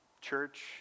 church